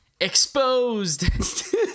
Exposed